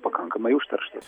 pakankamai užterštas